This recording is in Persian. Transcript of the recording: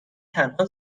تنها